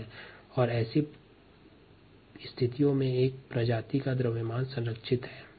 द्रव्यमान संरक्षण सिद्धांत की स्थितियों में एक जाति का द्रव्यमान संरक्षित होता है